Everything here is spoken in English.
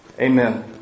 Amen